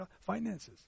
finances